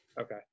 Okay